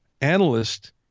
analyst